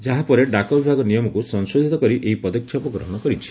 ଯାହାପରେ ଡାକ ବିଭାଗ ନିୟମକୁ ସଂଶୋଧିତ କରି ଏହି ପଦକ୍ଷେପ ଗ୍ରହଶ କରିଛି